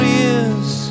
ears